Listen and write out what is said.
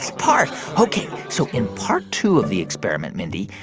part. ok, so in part two of the experiment, mindy,